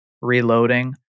reloading